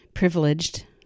Privileged